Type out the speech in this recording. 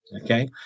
Okay